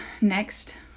next